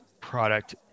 product